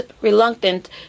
reluctant